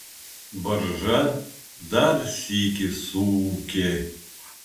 barža dar sykį suūkė